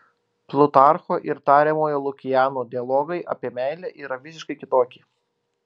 plutarcho ir tariamojo lukiano dialogai apie meilę yra visiškai kitokie